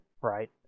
right